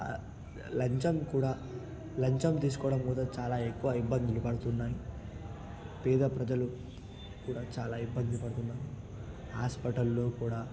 లంచం కూడా లంచం తీసుకోవడం కూడా చాలా ఎక్కువ ఇబ్బందులు పడుతున్నాయి పేద ప్రజలు కూడా చాలా ఇబ్బంది పడుతున్నారు హాస్పిటల్లు కూడా